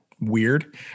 weird